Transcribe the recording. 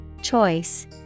Choice